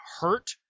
hurt